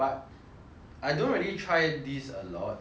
I don't really try this a lot because like